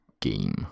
game